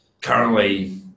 currently